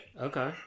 Okay